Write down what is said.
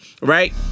right